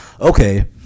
Okay